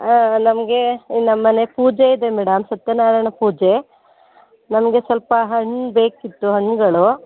ಹಾಂ ನಮಗೆ ನಮ್ಮ ಮನೆ ಪೂಜೆ ಇದೆ ಮೇಡಮ್ ಸತ್ಯನಾರಾಯಣ ಪೂಜೆ ನಮಗೆ ಸ್ವಲ್ಪ ಹಣ್ಣು ಬೇಕಿತ್ತು ಹಣ್ಣುಗಳು